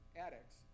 addicts